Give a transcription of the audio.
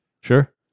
Sure